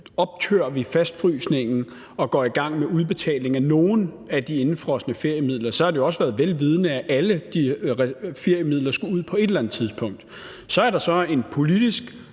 optør vi fastfrysningen og går i gang med udbetaling af nogle af de indefrosne feriemidler, har det jo også været vel vidende, at alle de feriemidler skulle ud på et eller andet tidspunkt. Så er der så en politisk,